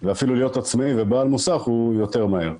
ואפילו להיות עצמאי ובעל מוסך הוא, הוא יותר מהר.